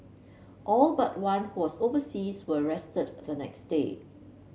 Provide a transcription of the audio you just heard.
all but one who was overseas were rearrested the next day